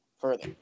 further